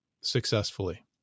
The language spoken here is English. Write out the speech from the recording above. successfully